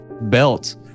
belt